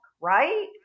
right